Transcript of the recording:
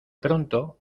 pronto